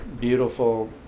beautiful